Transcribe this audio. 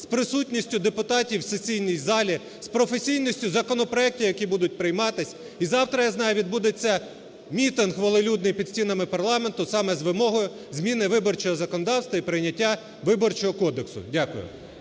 з присутністю депутатів у сесійній залі, з професійністю законопроектів, які будуть прийматися. І завтра, я знаю, відбудеться мітинг велелюдний під стінами парламенту саме з вимогою зміни виборчого законодавства і прийняття Виборчого кодексу. Дякую.